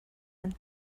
and